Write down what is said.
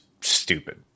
stupid